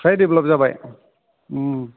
फ्राय develop जाबाय उम